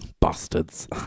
bastards